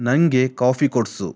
ನನಗೆ ಕಾಫಿ ಕೊಡಿಸು